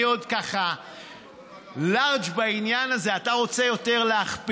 אני עוד לארג' בעניין הזה, אתה רוצה להכפיל.